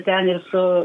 ten ir su